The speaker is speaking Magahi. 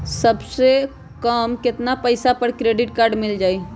सबसे कम कतना पैसा पर क्रेडिट काड मिल जाई?